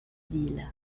ville